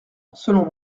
selon